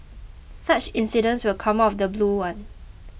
such incidents will come out of the blue one